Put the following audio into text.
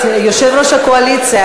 יושב-ראש הקואליציה,